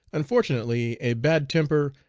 unfortunately a bad temper,